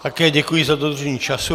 Také děkuji za dodržení času.